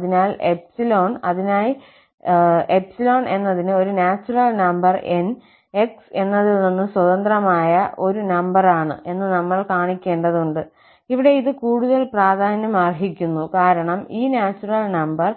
അതിനാൽ 𝜖 അതിനായി ∄ എന്നതിന് ഒരു നാച്ചുറൽ നമ്പർN 𝑥 എന്നതിൽ നിന്ന് സ്വതന്ത്രമായ ആയ ഒരു നമ്പർ ആണ് എന്ന് നമ്മൾ കാണിക്കേണ്ടതുണ്ട് ഇവിടെ ഇത് കൂടുതൽ പ്രാധാന്യം അർഹിക്കുന്നു കാരണം ഈ നാച്ചുറൽ നമ്പർ